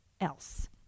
else